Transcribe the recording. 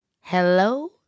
Hello